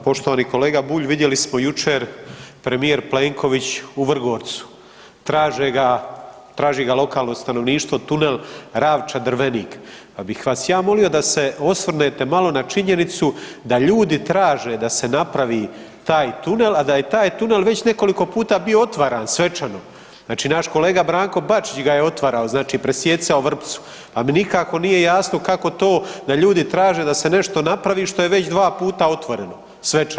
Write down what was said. Poštovani kolega Bulj, vidjeli smo jučer premijer Plenković u Vrgorcu, traži ga lokalno stanovništvo tunel Ravča-Drvenik, pa bih vas ja molio da se osvrnete malo na činjenicu da ljudi traže da se napravi taj tunel, a da je taj tunel već nekoliko puta bio otvaran svečano, znači naš kolega Branko Bačić ga je otvarao, znači presijecao vrpcu, pa mi nikako nije jasno kako to da ljudi traže da se nešto napravi što je već dva puta otvoreno svečano?